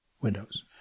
Windows